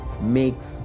makes